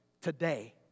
today